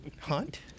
Hunt